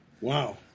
Wow